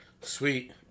Sweet